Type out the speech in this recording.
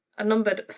a numbered,